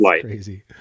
crazy